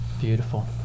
beautiful